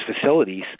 facilities